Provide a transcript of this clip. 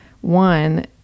One